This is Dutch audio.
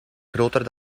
groter